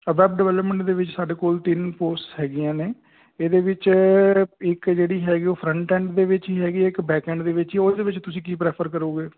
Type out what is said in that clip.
ਅਦਾਬ development ਦੇ ਵਿੱਚ ਸਾਡੇ ਕੋਲ ਤਿੰਨ ਪੋਸਟ ਹੈਗੀਆਂ ਨੇ ਇਹਦੇ ਵਿੱਚ ਇੱਕ ਜਿਹੜੀ ਹੈਗੀ ਉਹ ਫਰੰਟ ਐਂਡ ਦੇ ਵਿੱਚ ਹੀ ਹੈਗੀ ਇੱਕ ਬੈਕ ਐਂਡ ਦੇ ਵਿੱਚ ਉਹਦੇ ਵਿੱਚ ਤੁਸੀਂ ਕੀ ਪ੍ਰੈਫਰ ਕਰੋਗੇ